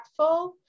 impactful